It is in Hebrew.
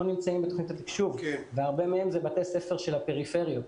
נמצאים בתוכנית התקשוב והרבה מהם בתי ספר מהפריפריות.